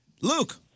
luke